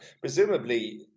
Presumably